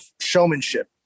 showmanship